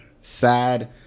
sad